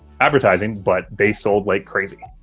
advertising but they sold like crazy.